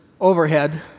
overhead